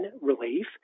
relief